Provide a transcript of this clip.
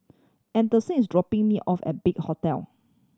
Anderson is dropping me off at Big Hotel